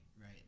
right